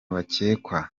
bakekwa